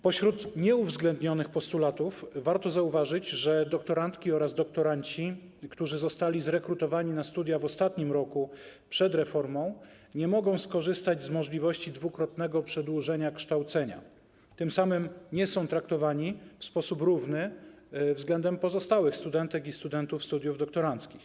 Pośród nieuwzględnionych postulatów warto zauważyć, że doktorantki oraz doktoranci, którzy zostali zrekrutowani na studia w ostatnim roku przed reformą, nie mogą skorzystać z możliwości dwukrotnego przedłużenia kształcenia, tym samym nie są traktowani w sposób równy względem pozostałych studentek i studentów studiów doktoranckich.